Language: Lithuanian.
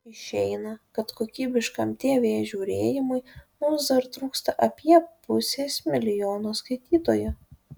išeina kad kokybiškam tv žiūrėjimui mums dar trūksta apie pusės milijono skaitytojų